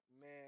Man